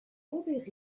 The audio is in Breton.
ober